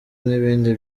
n’ibindi